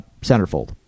centerfold